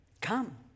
Come